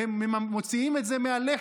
והם מוציאים את זה מהלחם,